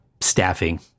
staffing